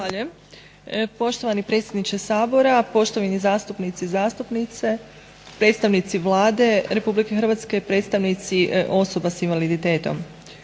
Hvala